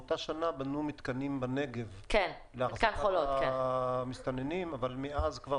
באותה שנה בנו מתקנים בנגב אבל מאז זה כבר